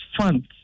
funds